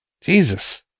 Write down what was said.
Jesus